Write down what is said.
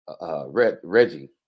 Reggie